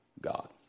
God